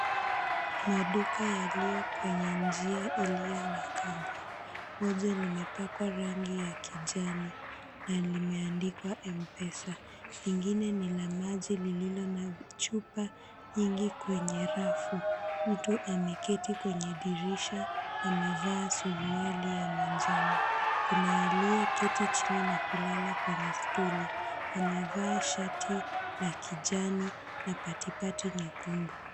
Maduka yaliyo kwenye njia iliyo na kabro. Moja limepakwa rangi ya kijani na limeandikwa Mpesa. Lingine ni la maji lililo na chupa nyingi kwenye rafu. Mtu ameketi kwenye dirisha amevaa suruali ya manjano. Kuna aliyeketi chini na kulala kwenye stuli amevaa shati la kijani na patipati nyekundu.